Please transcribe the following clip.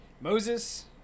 Moses